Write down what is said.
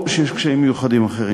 או כשיש קשיים מיוחדים אחרים.